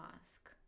Ask